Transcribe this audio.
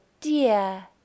dear